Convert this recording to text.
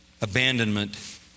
abandonment